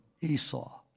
Esau